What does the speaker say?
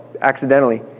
accidentally